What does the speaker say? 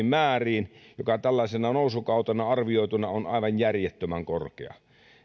määriin mitkä tällaisena nousukautena arvioituna ovat aivan järjettömän korkeat